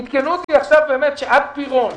עדכנו אותי עכשיו שעד פירון,